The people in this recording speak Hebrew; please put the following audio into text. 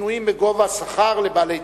שינויים בגובה השכר לבעלי תפקידים?